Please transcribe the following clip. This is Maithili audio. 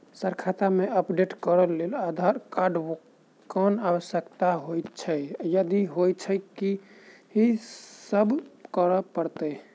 सर खाता केँ अपडेट करऽ लेल आधार कार्ड केँ आवश्यकता होइ छैय यदि होइ छैथ की सब करैपरतैय?